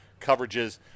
coverages